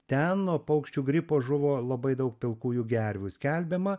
ten nuo paukščių gripo žuvo labai daug pilkųjų gervių skelbiama